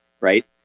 right